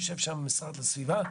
המשרד להגנת הסביבה,